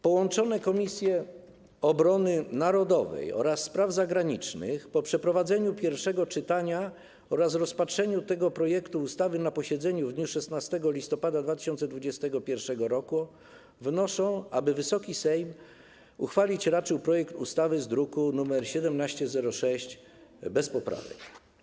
Połączone Komisje: Obrony Narodowej oraz Spraw Zagranicznych po przeprowadzeniu pierwszego czytania oraz rozpatrzeniu tego projektu ustawy na posiedzeniu w dniu 16 listopada 2021 r. wnoszą, aby Wysoki Sejm uchwalić raczył projekt ustawy z druku nr 1706 bez poprawek.